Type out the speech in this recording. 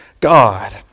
God